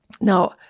now